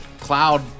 cloud